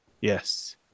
Yes